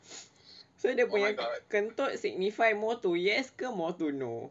so dia punya kentut signify more to yes ke more to no